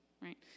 right